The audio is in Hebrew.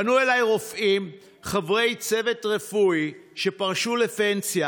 פנו אליי רופאים חברי צוות רפואי שפרשו לפנסיה.